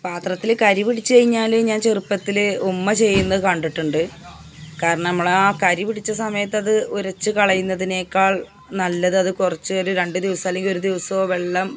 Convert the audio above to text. പാത്രത്തില് കരിപിടിച്ചുകഴിഞ്ഞാല് ഞാന് ചെറുപ്പത്തില് ഉമ്മ ചെയ്യുന്നത് കണ്ടിട്ടുണ്ട് കാരണം അമ്മളാ കരിപിടിച്ച സമയത്തത് ഉരച്ച് കളയുന്നതിനേക്കാള് നല്ലതത് കുറച്ചുനേരം രണ്ട് ദിവസമല്ലെങ്കില് ഒരു ദിവസമോ വെള്ളം